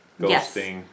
ghosting